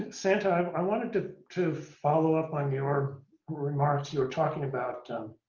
santa, um i wanted to to follow up on your remarks, you were talking about